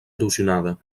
erosionada